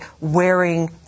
wearing